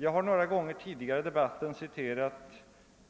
Jag har några gånger tidigare i debatten citerat